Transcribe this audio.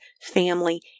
family